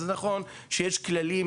זה נכון שיש כללים